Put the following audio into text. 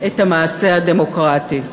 את המעשה הדמוקרטי.